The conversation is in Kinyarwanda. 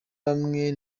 bamwe